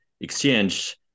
exchange